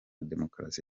demokarasi